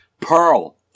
Pearl